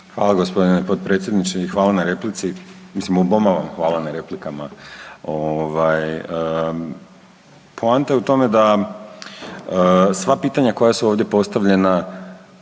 Hvala, gospodine potpredsjedniče. Hvala na replici. Mislim, oboma vam hvala na replikama. Poanta je u tome da sva pitanja koja su ovdje postavljena,